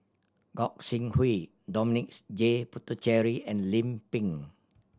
Gog Sing Hooi Dominic J Puthucheary and Lim Pin